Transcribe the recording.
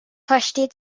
versteht